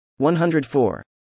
104